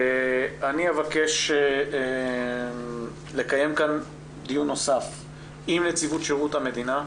אני אבקש לקיים כאן דיון נוסף עם נציבות שירות המדינה,